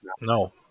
no